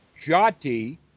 jati